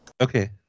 okay